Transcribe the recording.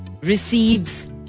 receives